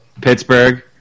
Pittsburgh